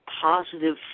positive